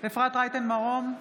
אפרת רייטן מרום,